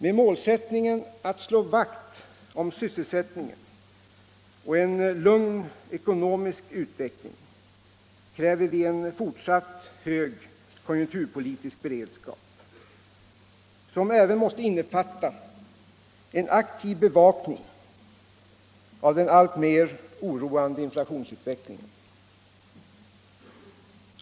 Med målsättningen att slå vakt om sysselsättningen och en lugn ekonomisk utveckling kräver vi en fortsatt hög konjunkturpolitisk beredskap, som även måste innefatta en aktiv bevakning av den alltmer oroande inflationsutvecklingen.